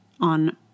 on